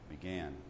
began